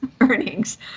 earnings